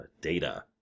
Data